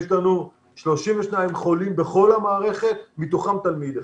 יש לנו 32 חולים בכל המערכת מתוכם תלמיד אחד.